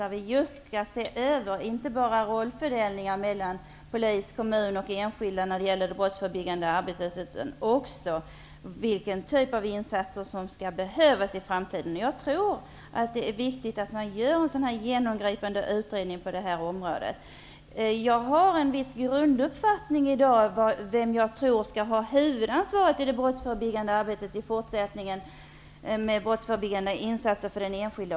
Där skall vi se över inte bara rollfördelningen mellan polis, kommun och enskilda i det brottsförebyggande arbetet utan också vilken typ av insatser som behövs i framtiden. Jag tror att det är viktigt med en sådan genomgripande utredning på detta område. Jag har en viss grunduppfattning om vem som skall ha huvudansvaret i det brottsförebyggande arbetet i fortsättningen, med insatser för den enskilde.